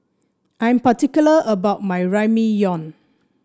I'm particular about my Ramyeon